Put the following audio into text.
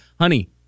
honey